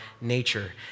nature